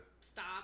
stop